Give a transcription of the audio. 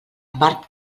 part